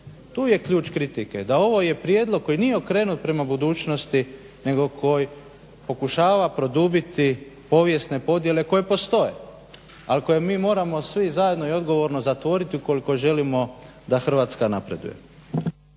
tu je ključ kritike, da je ovo prijedlog koji nije okrenut prema budućnosti nego koji pokušava produbiti povijesne podjele koje postoje ali koje mi moramo svi zajedno i odgovorno zatvoriti ukoliko želimo da Hrvatska napreduje.